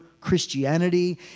Christianity